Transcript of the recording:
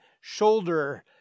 shoulder